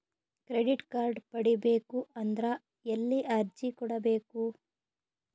Credit card ಪಡಿಬೇಕು ಅಂದ್ರ ಎಲ್ಲಿ ಅರ್ಜಿ ಕೊಡಬೇಕು?